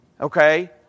Okay